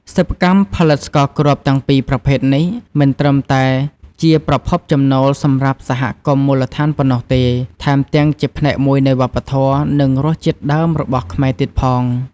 សិប្បកម្មផលិតស្ករគ្រាប់ទាំងពីរប្រភេទនេះ មិនត្រឹមតែជាប្រភពចំណូលសម្រាប់សហគមន៍មូលដ្ឋានប៉ុណ្ណោះទេ ថែមទាំងជាផ្នែកមួយនៃវប្បធម៌ និងរសជាតិដើមរបស់ខ្មែរទៀតផង។